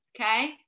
okay